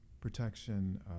protection